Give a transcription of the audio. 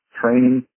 training